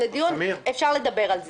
אפשר לדבר על זה.